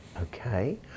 Okay